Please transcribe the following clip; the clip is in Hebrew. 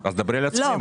אז דברי על העצמאים,